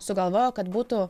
sugalvojo kad būtų